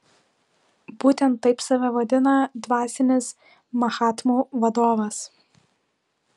būtent taip save vadina dvasinis mahatmų vadovas